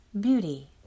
beauty